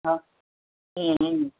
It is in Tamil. ஆ ம் ம்